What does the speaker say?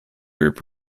group